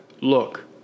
Look